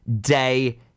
day